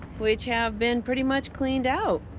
which have been pretty much cleaned out.